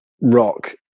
rock